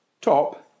top